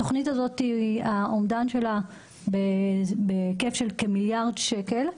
האומדן של התוכנית הזאת הוא בהיקף של כמיליארד שקל,